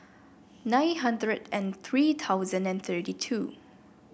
nine hundred and three thousand and thirty two